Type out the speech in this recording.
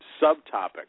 subtopic